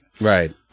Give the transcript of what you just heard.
Right